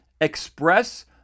express